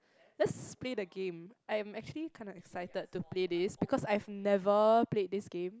let's play the game I am actually kind of excited to play this because I've never played this game